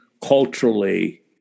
culturally